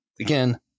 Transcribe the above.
again